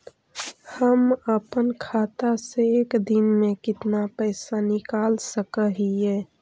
हम अपन खाता से एक दिन में कितना पैसा निकाल सक हिय?